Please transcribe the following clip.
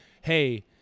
hey